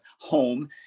home